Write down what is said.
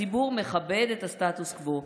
הציבור מכבד את הסטטוס קוו,